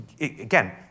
again